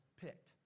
picked